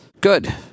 Good